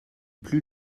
plus